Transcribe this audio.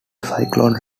cyclone